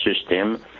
system